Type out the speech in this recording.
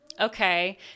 Okay